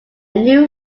new